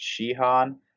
Shihan